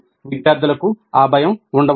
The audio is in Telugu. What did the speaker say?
విద్యార్థులకు ఆ భయం ఉండవచ్చు